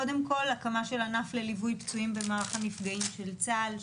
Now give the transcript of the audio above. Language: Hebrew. קודם כל הקמה של ענף לליווי פצועים במערך הנפגעים של צה"ל,